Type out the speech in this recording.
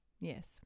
Yes